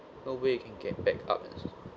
a way you can get back up